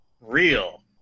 real